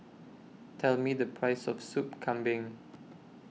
Tell Me The Price of Sup Kambing